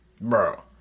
Bro